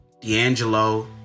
D'Angelo